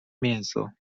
mięso